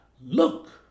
Look